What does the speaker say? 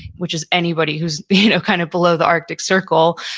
which is anybody who's you know kind of below the arctic circle,